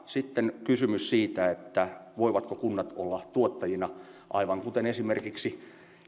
sitten kysymys siitä voivatko kunnat olla tuottajina aivan kuten esimerkiksi